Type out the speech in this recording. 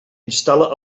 instal·la